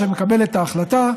שמקבלת את ההחלטה,